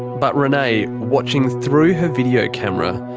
but renay, watching through her video camera,